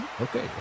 okay